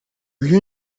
you